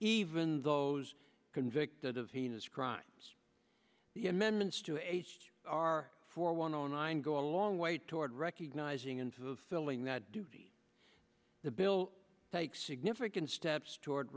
even those convicted of heinous crimes the amendments to h r four one zero nine go a long way toward recognizing and filling that duty the bill takes significant steps toward